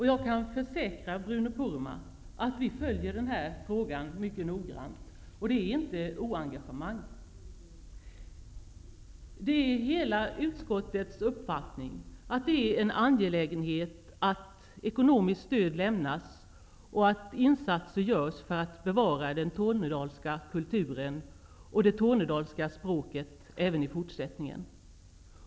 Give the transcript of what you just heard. Jag kan försäkra Bruno Poromaa att vi följer denna fråga mycket noggrant. Det är inte oengagemang. Det är hela utskottets uppfattning att det är en angelägenhet att ekonomiskt stöd lämnas och att insatser görs för att bevara den tornedalska kulturen och det tornedalska språket även i fortsättningen.